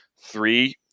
three